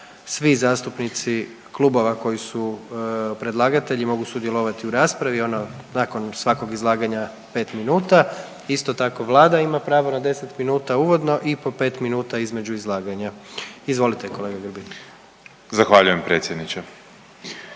svi zastupnici klubova koji su predlagatelji mogu sudjelovati u raspravi, ono nakon svakog izlaganja 5 minuta, isto tako Vlada ima pravo na 10 minuta uvodno i po 5 minuta između izlaganja. Izvolite kolega Grbin. **Grbin, Peđa